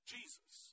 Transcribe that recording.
Jesus